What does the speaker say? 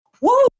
Woo